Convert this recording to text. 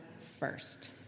first